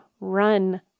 run